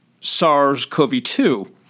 SARS-CoV-2